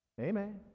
Amen